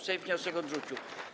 Sejm wniosek odrzucił.